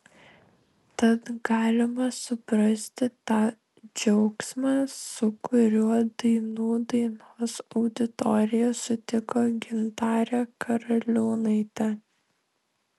tad galima suprasti tą džiaugsmą su kuriuo dainų dainos auditorija sutiko gintarę karaliūnaitę